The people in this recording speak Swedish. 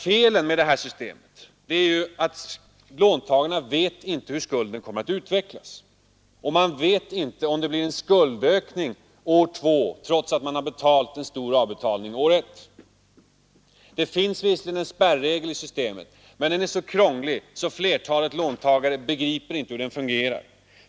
Felet med det här systemet är att låntagarna inte vet hur skulden kommer att utvecklas. Man vet inte om det blir en skuldökning ett år, trots att man gjort en stor avbetalning året innan. Det finns visserligen en spärregel i systemet, men den är så krånglig att flertalet låntagare inte begriper hur den fungerar.